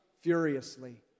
furiously